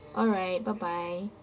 alright bye bye